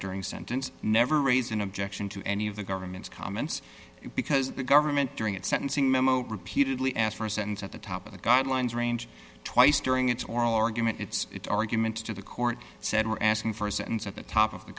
during sentence never raise an objection to any of the government's comments because the government during its sentencing memo repeatedly asked for a sentence at the top of the guidelines range twice during its oral argument its argument to the court said we're asking for a sentence at the top of the